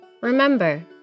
Remember